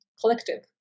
collective